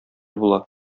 була